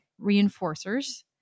reinforcers